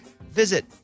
visit